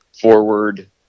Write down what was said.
forward